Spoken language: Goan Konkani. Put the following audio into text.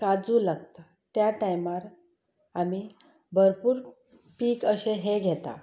काजू लागता त्या टायमार आमी भरपूर पीक अशें हें घेतात